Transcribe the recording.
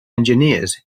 engineers